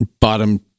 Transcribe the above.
bottom